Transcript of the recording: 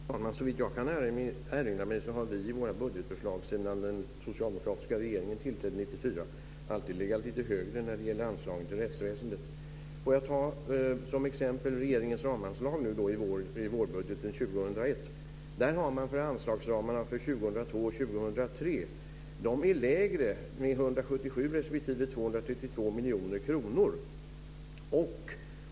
Fru talman! Såvitt jag kan erinra mig har vi i våra budgetförslag sedan den socialdemokratiska regeringen tillträdde 1994 alltid legat lite högre när det gäller anslaget till rättsväsendet. Får jag ta som exempel regeringens ramanslag nu i vårbudgeten 2001. Där är anslagsramarna för 2002 och 2003 lägre med 177 respektive 232 miljoner kronor.